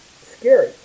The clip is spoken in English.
scary